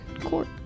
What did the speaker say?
court